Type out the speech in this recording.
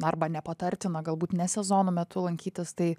arba nepatartina galbūt ne sezono metu lankytis tai